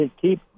keep